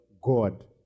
God